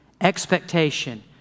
expectation